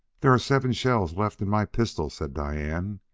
there are seven shells left in my pistol, said diane.